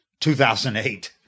2008